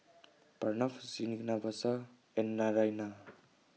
Pranav Srinivasa and Naraina